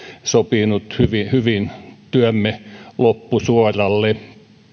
sopii nyt hyvin työmme loppusuoralle